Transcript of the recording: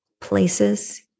places